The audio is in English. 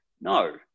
No